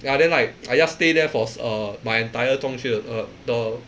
ya then like I just stay there for err my entire 中学 uh the